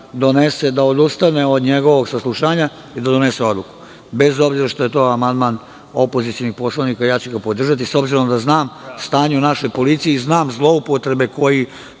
da odustane od njegovog saslušanja i da donese odluku. Bez obzira što je to amandman opozicionih poslanika ja ću ga podržati, s obzirom da znam stanje u našoj policiji i znam zloupotrebe koje